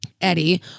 Eddie